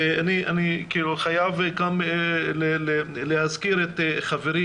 אני חייב גם להזכיר את חברי,